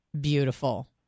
Beautiful